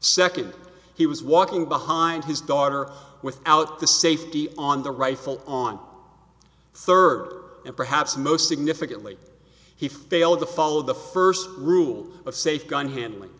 second he was walking behind his daughter without the safety on the rifle on third and perhaps most significantly he failed to follow the first rule of safe gun handling